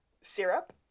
Syrup